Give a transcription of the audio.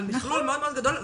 על מכלול מאוד מאוד גדול.